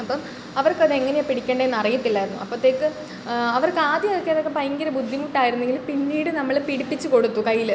അപ്പം അവർക്കത് എങ്ങനെയാണ് പിടിക്കേണ്ടേന്ന് അറിയത്തില്ലായിരുന്നു അപ്പോഴ്ത്തേക്ക് അവർക്ക് ആദ്യം അതൊക്കെ ഭയങ്കര ബുദ്ധിമുട്ടായിരുന്നെങ്കിലും പിന്നീട് നമ്മൾ പിടിപ്പിച്ച് കൊടുത്തു കയ്യിൽ